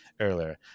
earlier